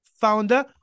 founder